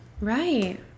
right